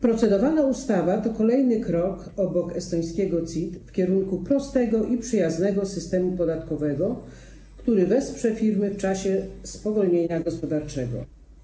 Procedowana ustawa to kolejny krok, obok estońskiego CIT-u, w kierunku stworzenia prostego i przyjaznego systemu podatkowego, który wesprze firmy w czasie spowolnienia gospodarczego.